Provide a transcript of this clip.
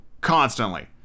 constantly